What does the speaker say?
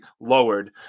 lowered